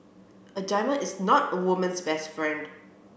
a diamond is not a woman's best friend